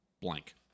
blank